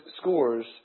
scores